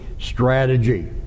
strategy